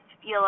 feel